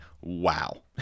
wow